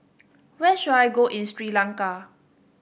where should I go in Sri Lanka